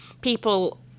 people